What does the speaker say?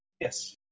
Yes